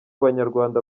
banyarwanda